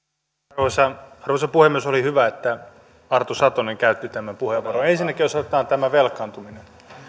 arvoisa arvoisa puhemies oli hyvä että arto satonen käytti tämän puheenvuoron ensinnäkin jos otetaan tämä velkaantuminen niin